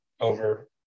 over